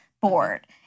board